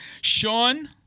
Sean